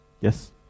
Yes